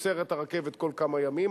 עוצרת הרכבת כל כמה ימים,